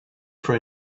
for